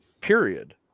period